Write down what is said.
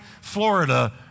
Florida